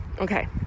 Okay